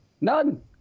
None